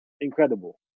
Incredible